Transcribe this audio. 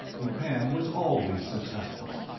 dupin was always successful.